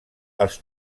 els